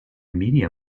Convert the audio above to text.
media